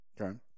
Okay